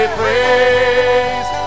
praise